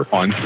on